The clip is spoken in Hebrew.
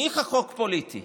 ניחא חוק פוליטי.